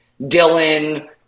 Dylan